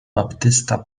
baptysta